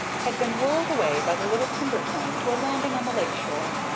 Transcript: had been whirled away by the little timber train to a landing on the lake shore,